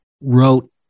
wrote